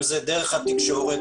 אם זה דרך התקשורת,